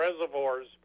reservoirs